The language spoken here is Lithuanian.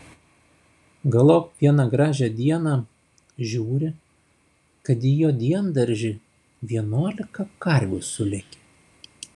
galop vieną gražią dieną žiūri kad į jo diendaržį vienuolika karvių sulėkė